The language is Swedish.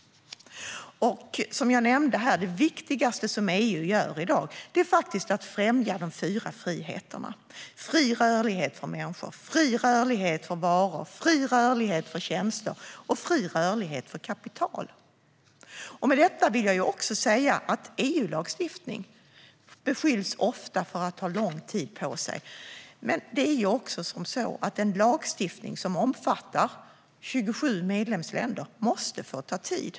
Som jag nämnde är det viktigaste som EU gör i dag att främja de fyra friheterna: fri rörlighet för människor, fri rörlighet för varor, fri rörlighet för tjänster och fri rörlighet för kapital. EU-lagstiftning beskylls ofta för att ta lång tid. Men lagstiftning som omfattar 27 medlemsländer måste få ta tid.